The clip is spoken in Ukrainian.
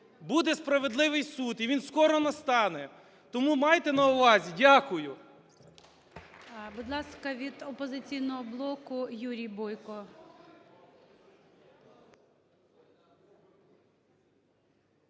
буде справедливий суд і він скоро настане. Тому майте на увазі. Дякую.